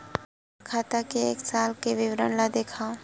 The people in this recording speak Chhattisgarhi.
मोर खाता के एक साल के विवरण ल दिखाव?